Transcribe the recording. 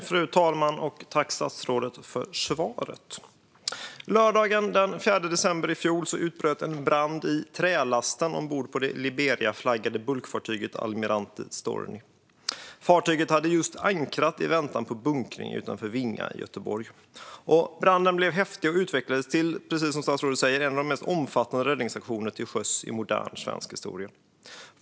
Fru talman! Tack för svaret, statsrådet! Lördagen den 4 december i fjol utbröt en brand i trälasten ombord på det Liberiaflaggade bulkfartyget Almirante Storni. Fartyget hade just ankrat i väntan på bunkring utanför Vinga i Göteborg. Branden blev häftig och utvecklades, precis som statsrådet säger, till en av de mest omfattande räddningsaktionerna till sjöss i modern svensk historia.